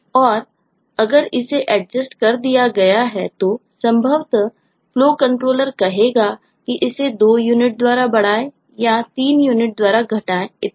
और अगर इसे adjust कर दिया गया है तो संभवतः FlowController कहेगा कि इसे दो यूनिट द्वारा बढ़ाएं या तीन यूनिट द्वारा घटाएं इत्यादि